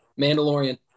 mandalorian